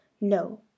no